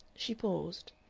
she paused.